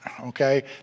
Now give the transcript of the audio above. okay